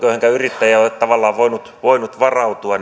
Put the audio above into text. joihinka yrittäjä ei ole tavallaan voinut voinut varautua